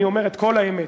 אני אומר את כל האמת,